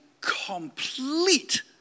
complete